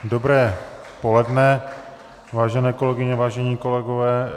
Dobré poledne, vážené kolegyně, vážení kolegové.